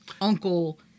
uncle